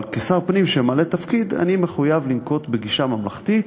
אבל כשר פנים שממלא תפקיד אני מחויב לנקוט גישה ממלכתית,